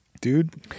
dude